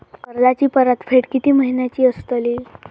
कर्जाची परतफेड कीती महिन्याची असतली?